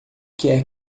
quer